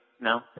No